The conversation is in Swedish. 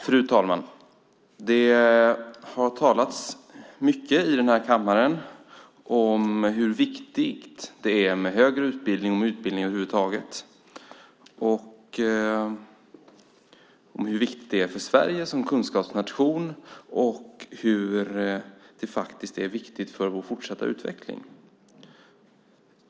Fru talman! Det har talats mycket i den här kammaren om hur viktigt det är med högre utbildning och utbildning över huvud taget. Det är viktigt för Sverige som kunskapsnation och för vår fortsatta utveckling.